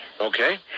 Okay